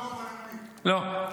--- לא.